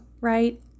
right